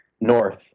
North